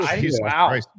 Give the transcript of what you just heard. Wow